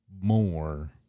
more